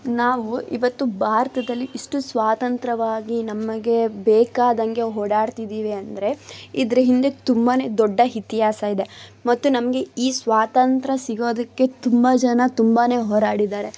ನಾವು ಇವತ್ತು ಭಾರತದಲ್ಲಿ ಇಷ್ಟು ಸ್ವತಂತ್ರವಾಗಿ ನಮಗೆ ಬೇಕಾದಂಗೆ ಓಡಾಡ್ತಿದ್ದೀವಿ ಅಂದರೆ ಇದ್ರ ಹಿಂದೆ ತುಂಬಾ ದೊಡ್ಡ ಇತಿಹಾಸ ಇದೆ ಮತ್ತು ನಮಗೆ ಈ ಸ್ವಾತಂತ್ರ್ಯ ಸಿಗೋದಕ್ಕೆ ತುಂಬ ಜನ ತುಂಬಾ ಹೋರಾಡಿದ್ದಾರೆ